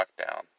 lockdown